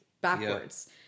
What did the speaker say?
backwards